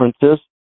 differences